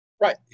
Right